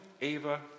Ava